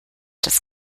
das